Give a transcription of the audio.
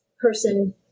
person